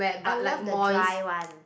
I love the dry one